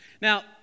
Now